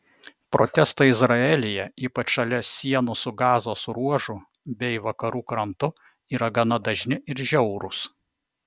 protestai izraelyje ypač šalia sienų su gazos ruožu bei vakarų krantu yra gana dažni ir žiaurūs